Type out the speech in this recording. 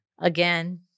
again